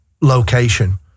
location